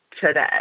today